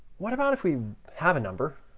what about if we have a number,